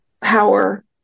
power